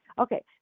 Okay